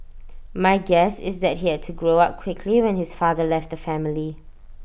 my guess is that he had to grow up quickly when his father left the family